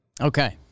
okay